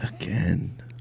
again